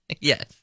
Yes